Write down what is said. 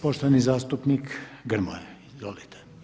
Poštovani zastupnik Grmoja, izvolite.